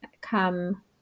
come